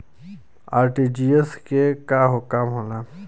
RTGS के का काम होला?